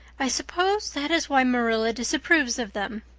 i suppose that is why marilla disapproves of them.